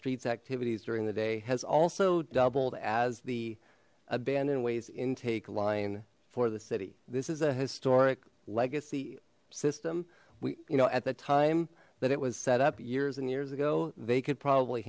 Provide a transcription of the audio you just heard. streets activities during the day has also doubled as the abandon waze intake line for the city this is a historic legacy system we you know at the time that it was set up years and years ago they could probably